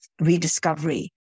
rediscovery